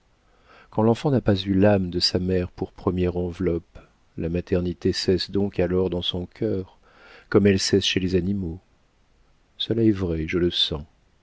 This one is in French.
quand l'enfant n'a pas eu l'âme de sa mère pour première enveloppe la maternité cesse donc alors dans son cœur comme elle cesse chez les animaux cela est vrai je le sens